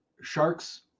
sharks